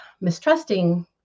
mistrusting